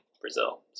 Brazil